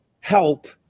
Help